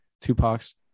Tupac's